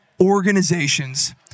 organizations